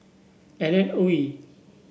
Alan Oei